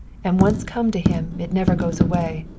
and once come to him it never goes away.